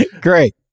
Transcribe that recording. Great